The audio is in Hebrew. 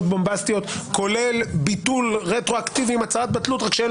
בומבסטיות כולל ביטול רטרואקטיבי עם הצעת בטלות אלא שאין